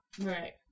right